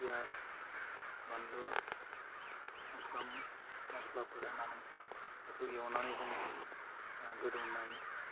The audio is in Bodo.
फियास बानलु मस्ला मस्लाफोर होनानै बेखौ एवनानै जोङो आह गोदौनाय